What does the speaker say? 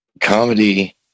comedy